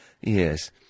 Yes